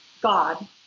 God